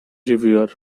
reviewer